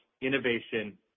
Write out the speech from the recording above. innovation